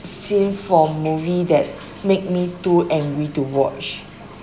scene from movie that make me too angry to watch